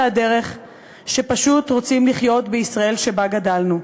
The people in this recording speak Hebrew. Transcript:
הדרך שפשוט רוצים לחיות בישראל שבה גדלנו,